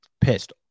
pissed